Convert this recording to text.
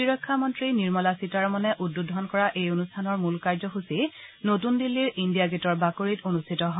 প্ৰতিৰক্ষা মন্ত্ৰী নিৰ্মালা সীতাৰমনে উদ্বোধন কৰা এই অনুষ্ঠানৰ মূল কাৰ্যসূচী নতূন দিল্লীৰ ইণ্ডিয়া গেটৰ বাকৰিত অনুষ্ঠিত হয়